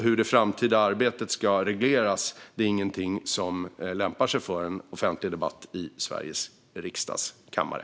Hur det framtida arbetet ska regleras är inget som lämpar sig för en offentlig debatt i Sveriges riksdags kammare.